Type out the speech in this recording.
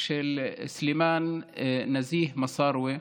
של סלימאן נזיה מסארווה.